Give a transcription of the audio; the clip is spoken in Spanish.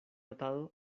atado